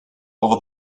over